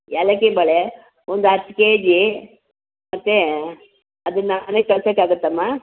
ಏಲಕ್ಕಿ ಬಾಳೆ ಒಂದು ಹತ್ತು ಕೆ ಜಿ ಮತ್ತು ಅದನ್ನು ಮನೆಗೆ ಕಳ್ಸೋಕ್ಕಾಗತ್ತಾಮ್ಮ